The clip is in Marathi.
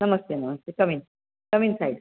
नमस्ते नमस्ते कम इन कम इन्साइड